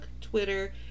Twitter